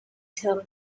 term